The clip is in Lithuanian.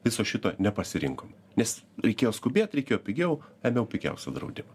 viso šito nepasirinkom nes reikėjo skubėt reikėjo pigiau ėmiau pigiausią draudimą